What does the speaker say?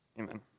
Amen